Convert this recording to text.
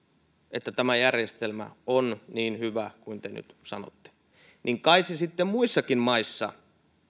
että tämä järjestelmä on niin hyvä kuin te nyt sanotte niin kai se sitten muissakin maissa